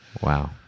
Wow